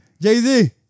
Jay-Z